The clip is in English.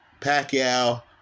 Pacquiao